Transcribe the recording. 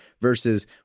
versus